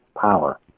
power